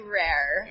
rare